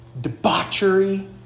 debauchery